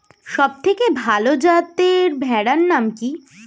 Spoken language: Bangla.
সবথেকে ভালো যাতে ভেড়ার নাম কি?